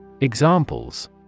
Examples